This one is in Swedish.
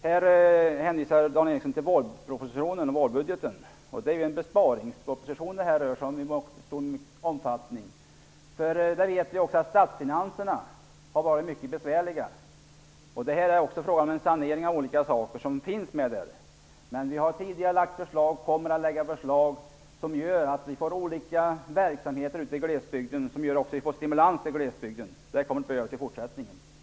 Dan Ericsson hänvisar till vårbudgeten. Det är ju i stor utsträckning en besparingsproposition. Statsfinanserna har ju, som vi alla vet, varit mycket besvärliga, och vårbudgeten innebär därför en sanering på olika områden. Vi har tidigare lagt fram förslag, och vi kommer att lägga fram nya förslag, vad gäller olika verksamheter ute i glesbygden och en stimulans av glesbygden. Det kommer att behövas i fortsättningen.